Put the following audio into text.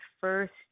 first